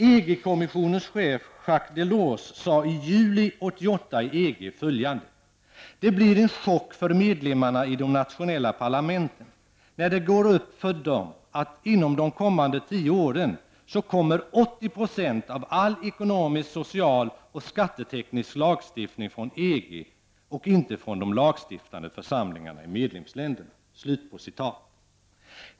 EG-kommissionens chef Jacques Delors sade i juli 1988 i EG följande: ''Det blir en chock för medlemmarna i de nationella parlamenten när det går upp för dem att inom de kommande tio åren kommer 80 % av all ekonomisk, social, och skatteteknisk lagstiftning från EG och inte från de lagstiftande församlingarna i medlemsländerna.''